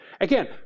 Again